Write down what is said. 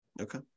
Okay